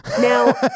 Now